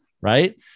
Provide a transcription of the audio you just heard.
right